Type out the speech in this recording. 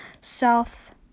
South